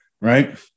right